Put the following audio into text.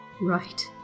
Right